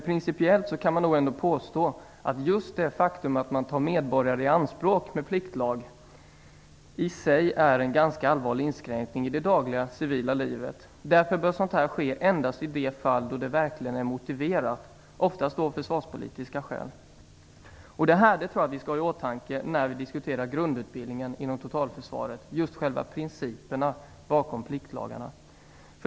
Principiellt kan man påstå att just det faktum att man tar medborgare i anspråk med pliktlag är en ganska allvarlig inskränkning i det dagliga civila livet. Därför bör sådant ske endast i de fall då det verkligen är motiverat, oftast av försvarspolitiska skäl. Just principerna bakom pliktlagarna skall vi ha i åtanke när vi diskuterar grundutbildningen inom totalförsvaret.